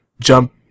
jump